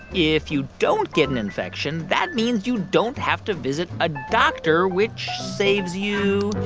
if you don't get an infection, that means you don't have to visit a doctor, which saves you.